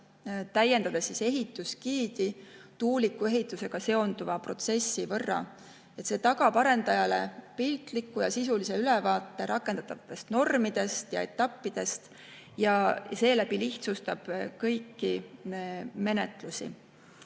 täiendada ehitusgiidi tuulikute ehitusega seonduva protsessiga. See tagab arendajale piltliku ja sisulise ülevaate rakendatavatest normidest ja etappidest ning seeläbi lihtsustab kogu menetlust.